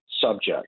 subject